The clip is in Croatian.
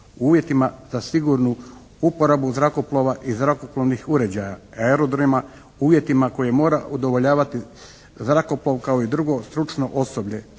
uvjetima za sigurnu uporabu zrakoplova i zrakoplovnih uređaja, aerodromima, uvjetima koje mora udovoljavati zrakoplov kao i drugo stručno osoblje,